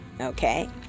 okay